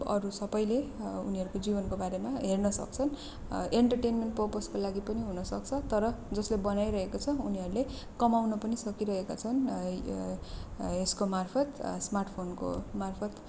अरू सबैले उनीहरूको जीवनको बारेमा हेर्न सक्छन् इन्टरटेन्मेन्ट प्रपोजको लागि पनि हुनसक्छ तर जसले बनाइरहेको छ उनीहरूले कमाउन पनि सकिरहेका छन् यसको मार्फत स्मार्ट फोनको मार्फत